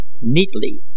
Neatly